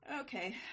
okay